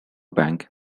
bank